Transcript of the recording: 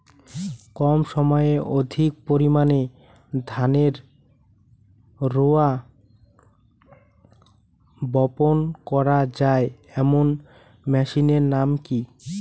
কম সময়ে অধিক পরিমাণে ধানের রোয়া বপন করা য়ায় এমন মেশিনের নাম কি?